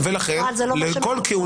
מספיק שעל כל מינוי